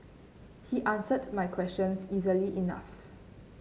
he answered my questions easily enough